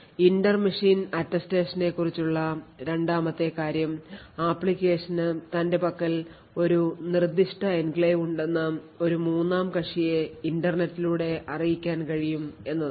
Inter machine അറ്റസ്റ്റേഷനെക്കുറിച്ചുള്ള രണ്ടാമത്തെ കാര്യം ആപ്ലിക്കേഷന് തൻറെ പക്കൽ ഒരു നിർദ്ദിഷ്ട എൻക്ലേവ് ഉണ്ടെന്ന് ഒരു മൂന്നാം കക്ഷിയെ ഇന്റർനെറ്റിലൂടെ അറിയിക്കാൻ കഴിയും എന്നതാണ്